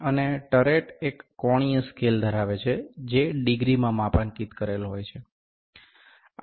અને ટરેટ એક કોણીય સ્કેલ ધરાવે છે જે ડિગ્રીમાં માપાંકિત કરેલ હોય છે